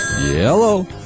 Yellow